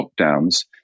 lockdowns